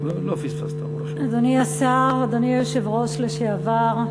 אדוני השר, אדוני היושב-ראש לשעבר,